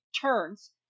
turns